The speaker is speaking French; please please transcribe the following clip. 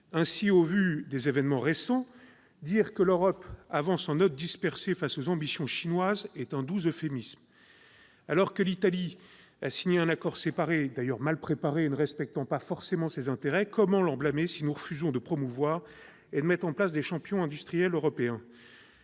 Ainsi, au vu des événements récents, dire que l'Europe avance en ordre dispersé face aux ambitions chinoises est un doux euphémisme. L'Italie a signé un accord séparé, d'ailleurs mal préparé et ne respectant pas forcément ses intérêts. Mais comment l'en blâmer si nous refusons de promouvoir et de mettre en place des champions industriels européens ?